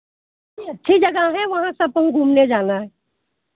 अच्छी जगह हैं वहाँ सब कहुँ घूमने जाना है